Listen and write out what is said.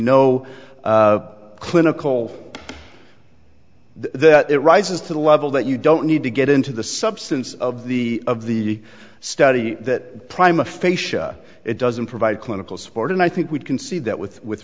no clinical that it rises to the level that you don't need to get into the substance of the of the study that prime aphasia it doesn't provide clinical support and i think we can see that with with